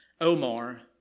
Omar